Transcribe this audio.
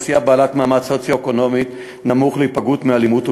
במעמד סוציו-אקונומי נמוך להיפגעות מאלימות,